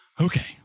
Okay